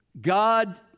God